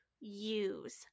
use